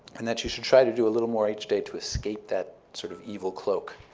and that you should try to do a little more each day to escape that sort of evil cloak